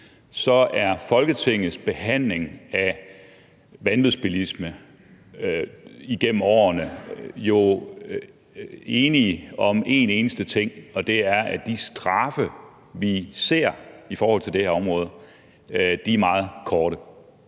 vi i Folketinget igennem årene været enige om en eneste ting, og det er, at de straffe, vi ser i forhold til det her område, er meget korte.